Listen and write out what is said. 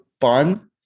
fun